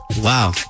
Wow